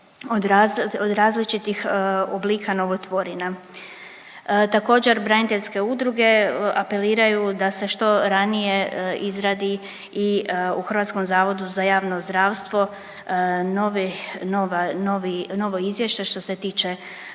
od različitih oblika novotvorina. Također, braniteljske udruge apeliraju da se što ranije izradi i u HZJZ-u novo izvješće, što se tiče